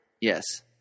Yes